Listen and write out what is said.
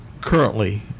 currently